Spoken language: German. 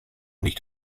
nicht